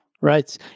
Right